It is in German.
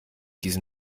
diesen